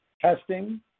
testing